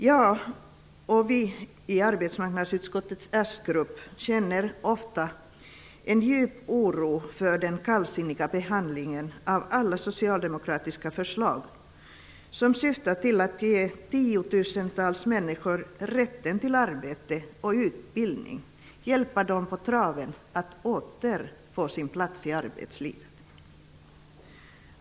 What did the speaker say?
Jag och vi i arbetsmarknadsutskottets socialdemokratiska grupp känner ofta en djup oro för den kallsinniga behandlingen av alla socialdemokratiska förslag som syftar till att ge 10 000-tals människor rätten till arbete och utbildning och hjälpa dem på traven för att återfå sin plats i arbetslivet.